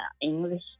English